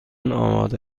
آماده